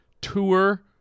tour